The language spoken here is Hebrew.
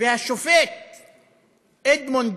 והשופט אדמונד